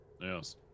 Yes